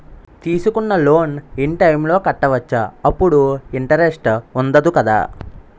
తీసుకున్న loan in time లో కట్టవచ్చ? అప్పుడు ఇంటరెస్ట్ వుందదు కదా?